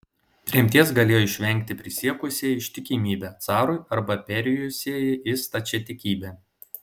tremties galėjo išvengti prisiekusieji ištikimybę carui arba perėjusieji į stačiatikybę